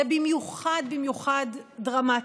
זה במיוחד במיוחד דרמטי,